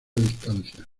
distancia